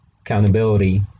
accountability